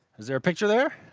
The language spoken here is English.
is there a picture there?